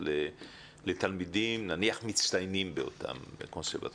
לתלמידים נניח מצטיינים באותם קונסרבטוריונים,